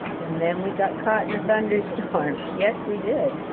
and then we got caught in a thunderstorm. yes, we did.